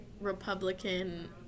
republican